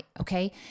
Okay